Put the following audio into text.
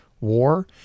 war